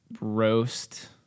roast